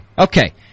okay